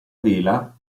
vela